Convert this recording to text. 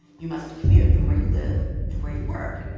you must commute from where you live to where you work,